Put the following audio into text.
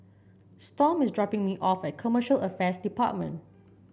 Storm is dropping me off at Commercial Affairs Department